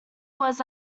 was